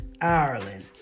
Ireland